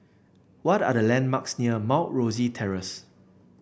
what are the landmarks near Mount Rosie Terrace